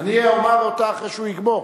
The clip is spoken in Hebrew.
אני אומר אותה אחרי שהוא יגמור.